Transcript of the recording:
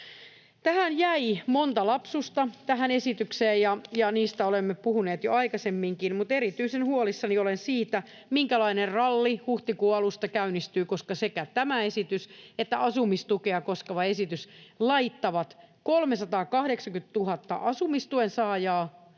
jäi monta lapsusta. Niistä olemme puhuneet jo aikaisemminkin, mutta erityisen huolissani olen siitä, minkälainen ralli huhtikuun alusta käynnistyy, koska sekä tämä esitys että asumistukea koskeva esitys laittavat 380 000 asumistuen saajaa